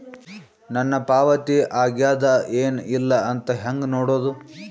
ನನ್ನ ಪಾವತಿ ಆಗ್ಯಾದ ಏನ್ ಇಲ್ಲ ಅಂತ ಹೆಂಗ ನೋಡುದು?